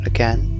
Again